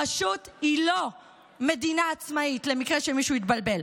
הרשות היא לא מדינה עצמאית, למקרה שמישהו התבלבל.